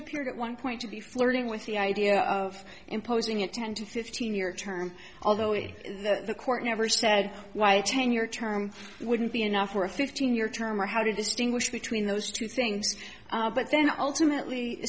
appeared at one point to be flirting with the idea of imposing a ten to fifteen year term although if the court never said why change your term wouldn't be enough worth fifteen year term or how to distinguish between those two things but then ultimately